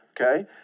okay